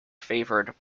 favoured